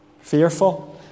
Fearful